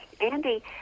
Andy